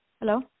Hello